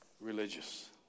religious